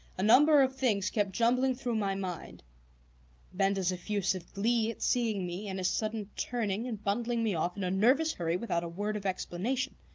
a number of things kept jumbling through my mind benda's effusive glee at seeing me, and his sudden turning and bundling me off in a nervous hurry without a word of explanation